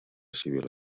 civil